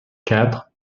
quatre